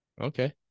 Okay